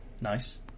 Nice